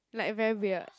like very weird